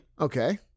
Okay